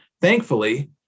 thankfully